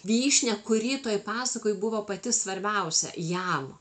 vyšnia kuri toj pasakoj buvo pati svarbiausia jam